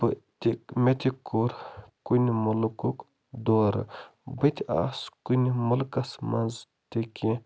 بہٕ تہِ مےٚ تہِ کوٚر کُنہِ ملکُک دورٕ بہٕ تہِ آس کُنہِ ملکس منٛز تہِ کیٚنٛہہ